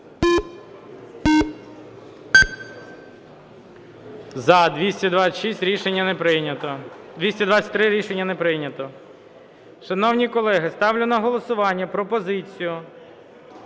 За-223 Рішення не прийнято. Шановні колеги, ставлю на голосування пропозицію